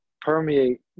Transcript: permeate